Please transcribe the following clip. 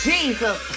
Jesus